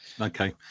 okay